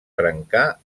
trencar